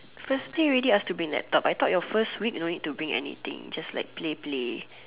first day already ask to bring laptop I thought your first week you don't need to bring anything just like play play